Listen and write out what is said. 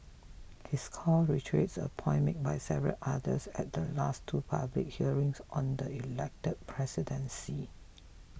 his call reiterates a point made by several others at the last two public hearings on the elected presidency